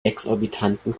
exorbitanten